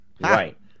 Right